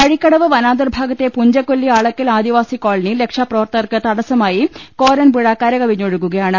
വഴിക്കടവ് വനാന്തർഭാഗത്തെ പുഞ്ചകൊല്ലി അളക്കൽ ആദിവാസി കോളനിയിൽ രക്ഷാപ്രവർത്ത കർക്ക് തടസ്സമായി കോരൻ പുഴ കരകവിഞ്ഞ് ഒഴുകുകയാണ്